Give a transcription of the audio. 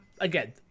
again